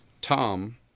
Tom